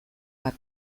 bat